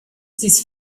this